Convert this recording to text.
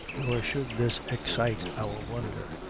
nor should this excite our wonder,